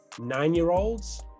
nine-year-olds